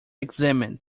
examine